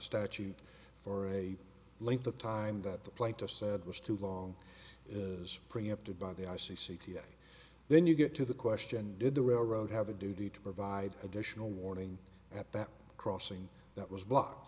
statute for a length of time that the plaintiff said was too long is preempted by the i c c today then you get to the question did the railroad have a duty to provide additional warning at that crossing that was blocked